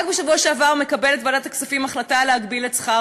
רק בשבוע שעבר קיבלה ועדת הכספים החלטה להגביל את שכר